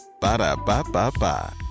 Ba-da-ba-ba-ba